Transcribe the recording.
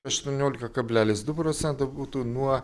aštuoniolika kablelis du procento būtų nuo